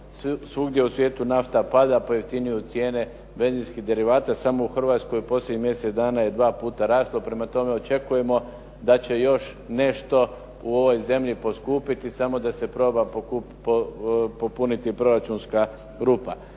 Svugdje u svijetu nafta pada, pojeftinjuju cijene benzinskih derivata, samo u Hrvatskoj u posljednjih mjesec dana je dva puta raslo. Prema tome, očekujemo da će još nešto u ovoj zemlji poskupiti samo da se proba popuniti proračunska rupa.